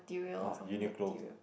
oh Uniqlo